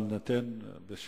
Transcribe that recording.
יכול רק אחד לבקש הצעה אחרת,